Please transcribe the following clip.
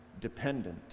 dependent